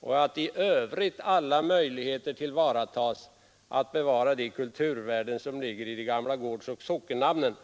och att även i övrigt alla möjligheter tillvaratas att bevara de kulturvärden som ligger i de gamla gårdsoch sockennamnen”.